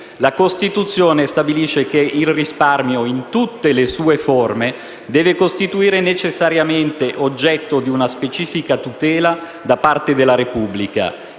La Costituzione stabilisce che il risparmio, «in tutte le sue forme», deve costituire necessariamente oggetto di una specifica tutela da parte della Repubblica